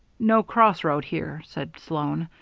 no crossroad here, said sloan.